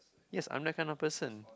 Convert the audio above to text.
yes I'm that kind of person